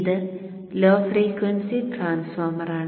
ഇത് low frequency ട്രാൻസ്ഫോർമറാണ്